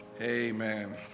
Amen